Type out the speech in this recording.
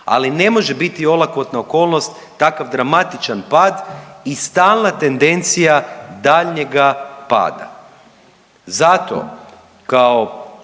Ali ne može biti olakotna okolnost takav dramatičan pad i stalna tendencija daljnjega pada. Zato kao